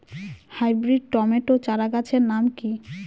Hybrid tomato চারাগাছের নাম কি?